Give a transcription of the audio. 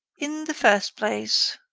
in the first place,